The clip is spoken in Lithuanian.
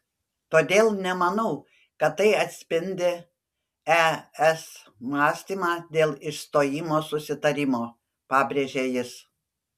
todėl nemanau kad tai atspindi es mąstymą dėl išstojimo susitarimo pabrėžė jis